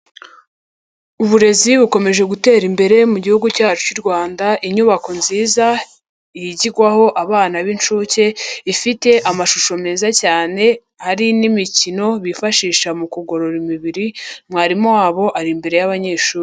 Uburezi bukomeje gutera imbere mu gihugu cyacu cy'u Rwanda. Inyubako nziza yigirwagwaho abana b'inshuke, ifite amashusho meza cyane hari n'imikino bifashisha mu kugorora imibiri, mwarimu wabo ari imbere y'abanyeshuri.